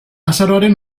azaroaren